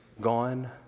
gone